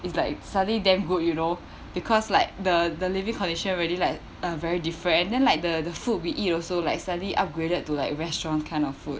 it's like suddenly damn good you know because like the the living conditions really like uh very different and then like the food we eat also like slightly upgraded to like restaurant kind of food